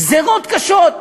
גזירות קשות,